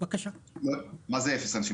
מה זה אפס אנשים?